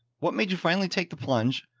what made you finally take the plunge,